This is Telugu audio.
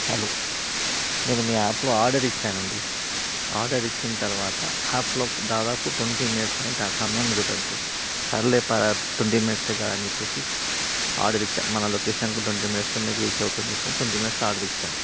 హలో నేను మీ యాప్లో ఆర్డర్ ఇచ్చానండి ఆర్డర్ ఇచ్చిన తర్వాత యాప్లో దాదాపు ట్వంటీ మినిట్స్ అని ట సమయం చూపెడుతుంది సర్లే పదా ట్వంటీ మినిట్సే కదా అని చెప్పేసి ఆర్డర్ ఇచ్ఛా మన లొకేషన్కి ట్వంటీ మినిట్స్లో మీక్ రీచ్ అవుతుందని చెప్పి ట్వంటీ మినిట్స్లో ఆర్డర్ ఇచ్చాను